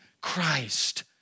Christ